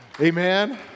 Amen